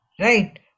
right